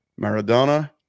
Maradona